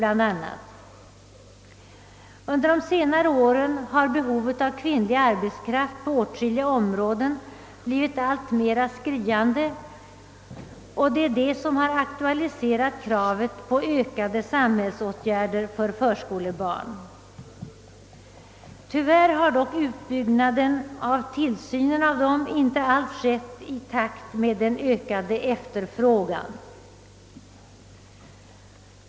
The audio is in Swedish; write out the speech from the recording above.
Under de senare åren har behovet av kvinnlig arbetskraft på åtskilliga områden blivit alltmer skriande, och det är detta som har aktualiserat kravet på ökade samhällsåtgärder för förskolebarn. Tyvärr har dock utbyggnaden av tillsynen av dem inte alls skett i takt med den ökade efterfrågan.